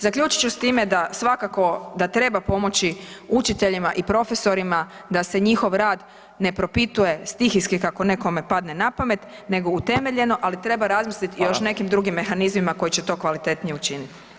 Zaključit ću sa time da svakako da treba pomoći učiteljima i profesorima da se njihov rad ne propituje stihijski kako nekome padne na pamet, nego utemeljeno ali treba razmisliti o još nekim drugim mehanizmima koji će to kvalitetnije učiniti.